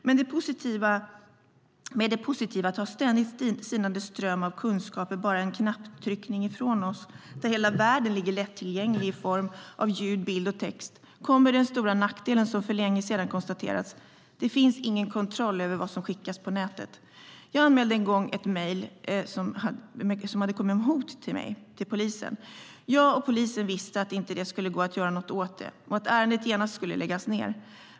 Med det positiva att ha en ständigt sinande ström av kunskaper bara en knapptryckning bort där hela världen ligger lättillgänglig i form av ljud, bild och text kommer den stora nackdelen som för länge sedan konstaterats. Det finns ingen kontroll över vad som skickas på nätet. Jag anmälde en gång ett hotmejl till polisen. Jag och polisen visste att det inte skulle gå att göra något åt det och att ärendet genast skulle läggas ned.